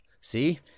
See